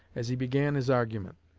as he began his argument.